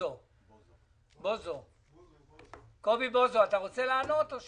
טבק לגלגול לעומת כמות הטבק שנמצאת בחפיסת סיגריות.